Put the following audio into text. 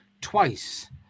twice